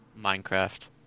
Minecraft